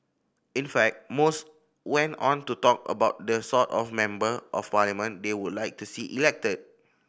in fact most went on to talk about the sort of Member of Parliament they would like to see elected